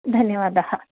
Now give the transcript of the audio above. धन्यवादः